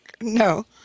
No